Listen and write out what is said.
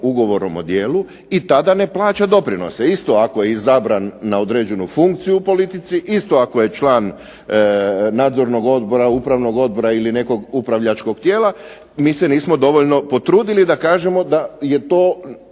ugovorom o djelu i tada ne plaća doprinose. Isto ako je izabran na određenu funkciju u politici, isto ako je član nadzornog odbora, upravnog odbora ili nekog upravljačkog tijela mi se nismo dovoljno potrudili da kažemo da je to